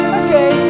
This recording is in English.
okay